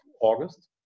August